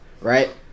right